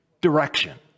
direction